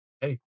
Hey